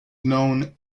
known